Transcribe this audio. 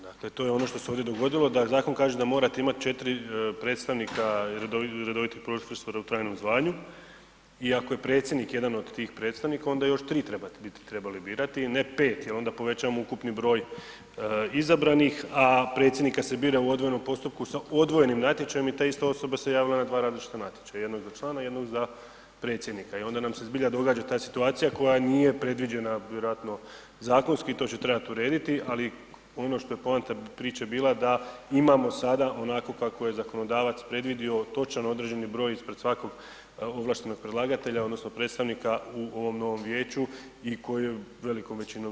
Dakle to je ono što se ovdje dogodilo, da zakon kaže da morate imati 4 predstavnika i redovitih profesora u trajnom zvanju i iako je predsjednik jedan od tih predstavnika, onda još tri bi trebali birati ne pet jer onda povećavamo ukupni broj izabranih a predsjednika se bira u odvojenim natječajima i ta ista osoba se javila na dva različita natječaja, jedno je za člana, jedno je za predsjednika i onda nam se zbilja događa ta situacija koja nije predviđena vjerojatno zakonski, to će trebat urediti ali ono što je poanta priče bila da imamo sada onako kako je zakonodavac predvidio, točan određeni broj ispred svakog ovlaštenog predlagatelja odnosno predstavnika u ovom novom vijeću i koji velikom većinom